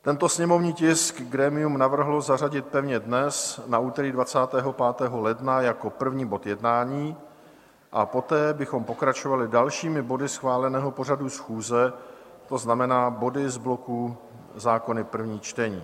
Tento sněmovní tisk grémium navrhlo zařadit pevně dnes, na úterý 25. ledna, jako první bod jednání a poté bychom pokračovali dalšími body schváleného pořadu schůze, to znamená body z bloku Zákony prvních čtení.